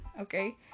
okay